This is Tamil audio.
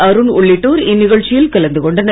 அருண் உள்ளிட்டோர் இந்நிகழ்ச்சியில் கலந்து கொண்டனர்